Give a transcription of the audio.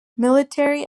military